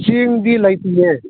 ꯆꯦꯡꯗꯤ ꯂꯩꯇꯤꯌꯦ